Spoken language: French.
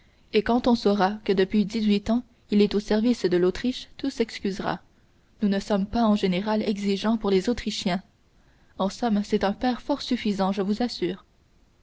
et quand on saura que depuis dix-huit ans il est au service de l'autriche tout s'excusera nous ne sommes pas en général exigeants pour les autrichiens en somme c'est un père fort suffisant je vous assure